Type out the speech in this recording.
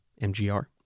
MGR